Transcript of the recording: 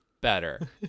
better